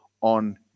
on